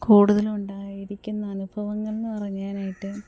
കൂടുതലുമുണ്ടായിരിക്കുന്ന അനുഭവങ്ങളെന്നു പറഞ്ഞാനായിട്ട്